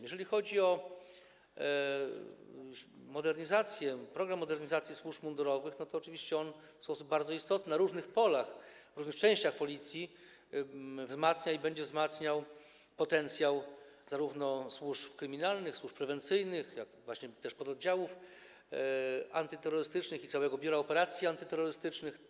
Jeżeli chodzi o modernizację, „Program modernizacji służb mundurowych”, to oczywiście on w sposób bardzo istotny na różnych polach, w różnych działach Policji wzmacnia i będzie wzmacniał potencjał zarówno służb kryminalnych, służb prewencyjnych, jak i pododdziałów antyterrorystycznych i całego Biura Operacji Antyterrorystycznych.